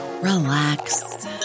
relax